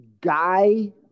guy